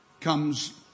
comes